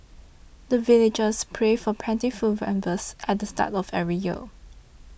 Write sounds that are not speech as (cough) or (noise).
the villagers pray for plentiful (unintelligible) at the start of every year